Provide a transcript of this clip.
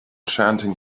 chanting